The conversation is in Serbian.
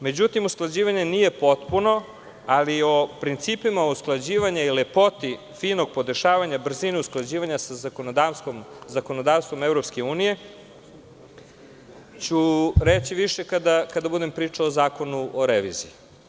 Međutim, usklađivanje nije potpuno, ali o principima usklađivanja i lepoti finog podešavanja brzine usklađivanja sa zakonodavstvom EU ću reći više kada budem pričao o zakonu o reviziji.